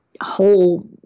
whole